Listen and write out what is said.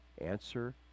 answer